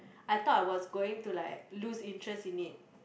I thought I was going to like lose interest in it